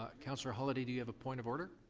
ah counselor holyday, do you have a point of order?